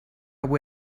avui